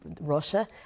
Russia